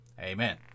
Amen